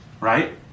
right